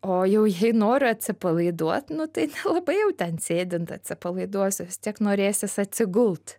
o jau jei noriu atsipalaiduot nu tai labai jau ten sėdint atsipalaiduosi vis tiek norėsis atsigult